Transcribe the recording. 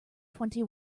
twenty